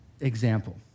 example